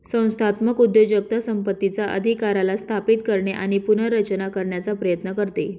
संस्थात्मक उद्योजकता संपत्तीचा अधिकाराला स्थापित करणे आणि पुनर्रचना करण्याचा प्रयत्न करते